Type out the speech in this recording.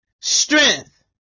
Strength